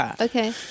Okay